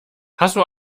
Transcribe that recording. hasso